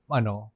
ano